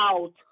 out